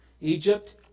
Egypt